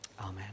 Amen